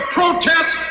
protest